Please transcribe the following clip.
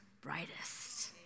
brightest